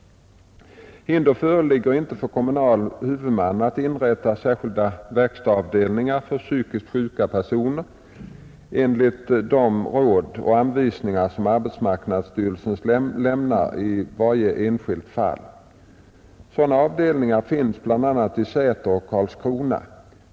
Hinder föreligger inte för kommunal huvudman att inrätta särskilda verkstadsavdelningar för psykiskt sjuka personer enligt de råd och anvisningar som arbetsmarknadsstyrelsen lämnar i varje enskilt fall. Sådana avdelningar finns bl.a. i Säter och Karlskrona.